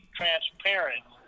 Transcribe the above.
transparent